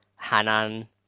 Hanan